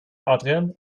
adrian